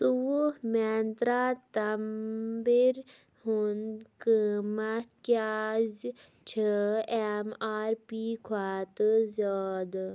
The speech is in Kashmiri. ژوٚوُہ مینترٛا تَمبِر ہُنٛد قۭمَتھ کیٛازِ چھِ اٮ۪م آر پی کھۄتہٕ زیادٕ